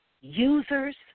users